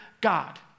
God